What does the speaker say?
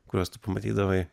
kuriuos tu pamatydavai